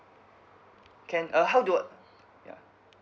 can uh how do ya